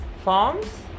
forms